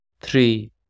three